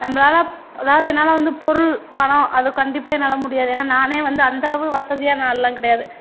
நம்மளால் அதாவது என்னால் வந்து பொருள் கண்டிப்பாக என்னால் முடியாது ஏன்னால் நானே வந்து அந்தளவு வசதியான ஆளெலாம் கிடையாது